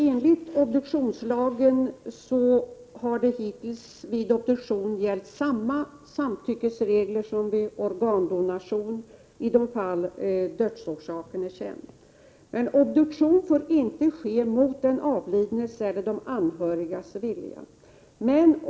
Enligt obduktionslagen har det hittills vid obduktioner gällt samma samtyckesregler som vid organdonationer, i de fall dödsorsaken är känd. En obduktion får inte ske mot den avlidnes eller mot de anhörigas vilja.